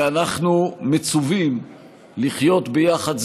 ושאנחנו מצווים לחיות יחד,